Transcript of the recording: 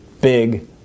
big